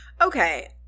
Okay